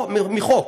מחוק,